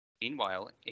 Meanwhile